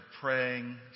praying